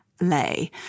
lay